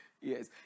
yes